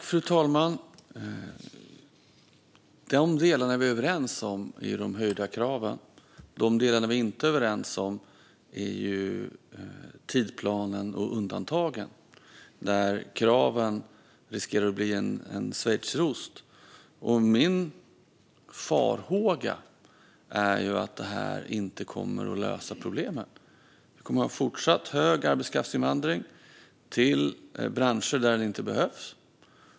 Fru talman! De delarna vi är överens om är de höjda kraven. De delarna vi inte är överens om är tidsplanen och undantagen där kraven riskerar att bli en schweizerost. Min farhåga är att det inte kommer att lösa problemen. Vi kommer att ha fortsatt hög arbetskraftsinvandring till branscher där det inte behövs.